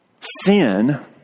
sin